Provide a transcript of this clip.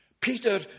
Peter